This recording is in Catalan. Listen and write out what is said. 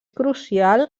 crucial